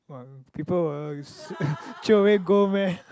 people will throw away gold meh